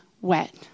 wet